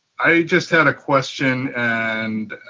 i just had a question and